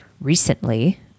recently